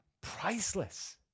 priceless